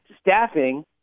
staffing